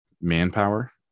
manpower